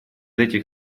этих